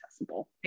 accessible